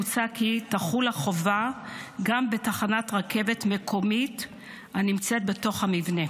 מוצע כי החובה תחול גם בתחנת רכבת מקומית הנמצאת בתוך המבנה.